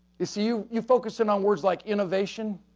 you see, you you focus in on words like innovation,